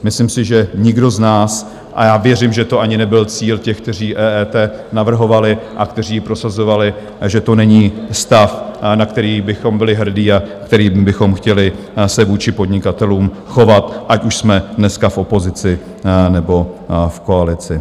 Myslím si, že nikdo z nás a já věřím, že to ani nebyl cíl těch, kteří EET navrhovali a kteří ji prosazovali, že to není stav, na který bychom byli hrdí a kterým my bychom chtěli se vůči podnikatelům chovat, ať už jsme dneska v opozici, nebo v koalici.